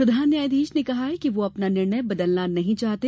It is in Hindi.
प्रधान न्यायाधीश ने कहा कि वह अपना निर्णय बदलना नहीं चाहते